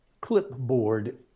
clipboard